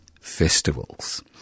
festivals